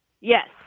Yes